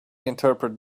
interpret